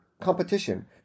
competition